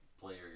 player